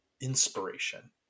inspiration